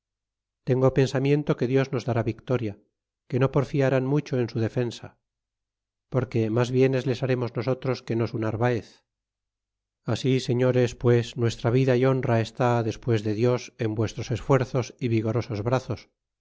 tengo pensamiento que dios nos dará victoria que no porfiarán mucho en su defensa porque mas bienes les harémos nosotros que no su narvaez así señores pues nuestra vida y honra está despues de dios en vuestros esfuerzos é vigorosos brazos